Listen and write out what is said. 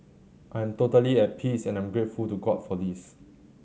I am totally at peace and I'm grateful to God for this